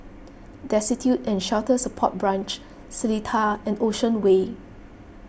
Destitute and Shelter Support Branch Seletar and Ocean Way